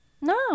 no